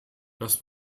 das